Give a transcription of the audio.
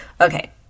Okay